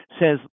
says